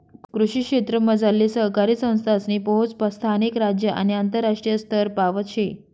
कृषी क्षेत्रमझारली सहकारी संस्थासनी पोहोच स्थानिक, राज्य आणि आंतरराष्ट्रीय स्तरपावत शे